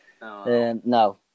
No